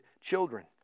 children